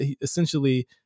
essentially